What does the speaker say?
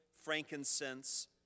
frankincense